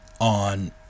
on